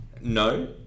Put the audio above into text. No